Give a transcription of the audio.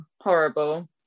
horrible